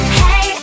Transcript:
hey